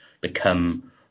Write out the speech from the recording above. become